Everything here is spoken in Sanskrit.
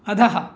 अधः